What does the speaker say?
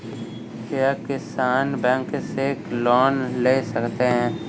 क्या किसान बैंक से लोन ले सकते हैं?